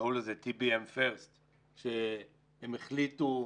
הם החליטו,